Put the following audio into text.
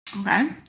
Okay